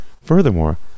furthermore